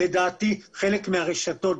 לדעתי חלק מן הרשתות,